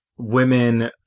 Women